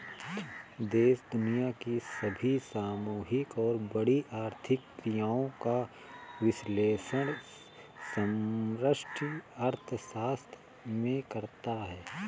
देश दुनिया की सभी सामूहिक और बड़ी आर्थिक क्रियाओं का विश्लेषण समष्टि अर्थशास्त्र में करते हैं